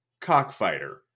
Cockfighter